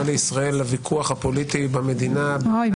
לישראל לוויכוח הפוליטי במדינה --- אוי,